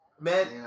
Man